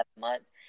months